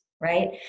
right